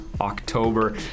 October